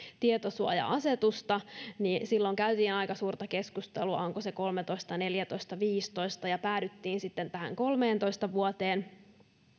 tietosuoja asetusta niin silloin käytiin aika suurta keskustelua onko se kolmetoista neljätoista vai viisitoista ja päädyttiin sitten tähän kolmeentoista vuoteen